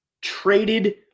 Traded